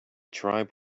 tribe